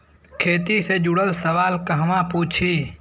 खेती से जुड़ल सवाल कहवा पूछी?